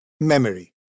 memory